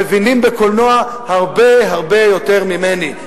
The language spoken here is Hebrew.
שמבינים בקולנוע הרבה הרבה יותר ממני.